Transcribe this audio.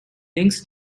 links